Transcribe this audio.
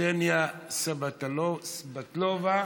קסניה סֵבַטַלובה, סְבַטְלובה,